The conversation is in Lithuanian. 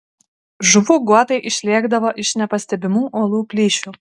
žuvų guotai išlėkdavo iš nepastebimų uolų plyšių